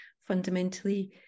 fundamentally